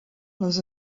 les